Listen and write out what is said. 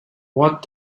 what